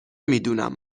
میدونم